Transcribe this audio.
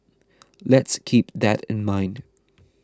let's keep that in mind